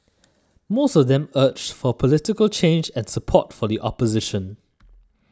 most of them urged for political change and support for the opposition